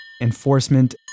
Enforcement